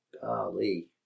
Golly